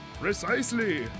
Precisely